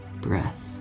breath